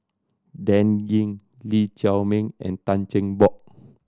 Dan Ying Lee Chiaw Meng and Tan Cheng Bock